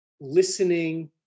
listening